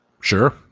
Sure